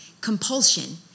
compulsion